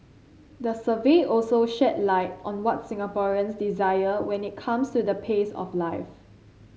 the survey also shed light on what Singaporeans desire when it comes to the pace of life